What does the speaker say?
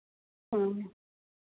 हाँ